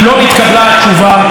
חבר הכנסת בר-לב,